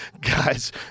guys